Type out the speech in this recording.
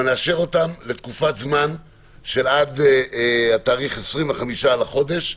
אבל לתקופת זמן של עד 25 בחודש.